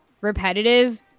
repetitive